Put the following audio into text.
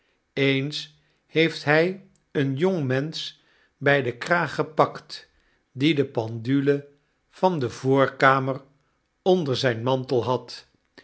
eens heeft hy een jongmensch by den kraag gepakt die de pendule van de voorkamer onder zyn mantel had